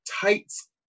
Tights